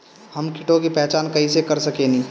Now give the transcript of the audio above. हम कीटों की पहचान कईसे कर सकेनी?